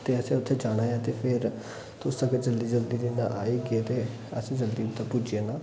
ते असें उत्थे जाना ऐ ते फेर तुस अगर जल्दी जल्दी जिन्ना आई जाह्गे ते अस बी जल्दी उत्थै पुज्जी जन्ना